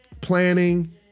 planning